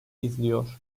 izliyor